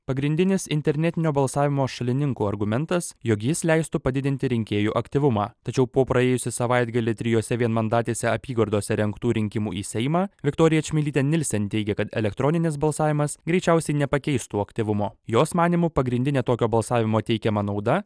pagrindinis internetinio balsavimo šalininkų argumentas jog jis leistų padidinti rinkėjų aktyvumą tačiau po praėjusį savaitgalį trijose vienmandatėse apygardose rengtų rinkimų į seimą viktorija čmilytė nilsen teigia kad elektroninis balsavimas greičiausiai nepakeistų aktyvumo jos manymu pagrindinė tokio balsavimo teikiama nauda